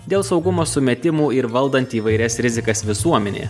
dėl saugumo sumetimų ir valdant įvairias rizikas visuomenėje